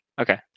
okay